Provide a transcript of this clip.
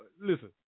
listen